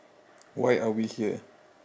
why are we here